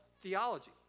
theology